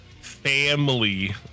family